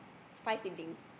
five sibling